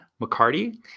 McCarty